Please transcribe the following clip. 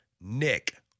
Nick